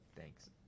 Thanks